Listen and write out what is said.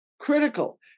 critical